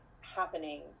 happening